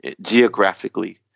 geographically